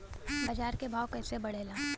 बाजार के भाव कैसे बढ़े ला?